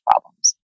problems